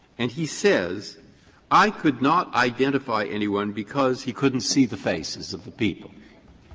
and he says i could not identify anyone because he couldn't see the faces of the people.